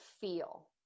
feel